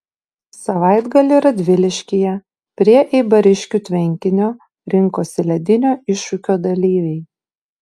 savaitgalį radviliškyje prie eibariškių tvenkinio rinkosi ledinio iššūkio dalyviai